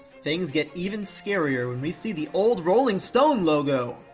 things get even scarier when we see the old rolling stone logo!